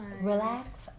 Relax